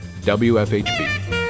WFHB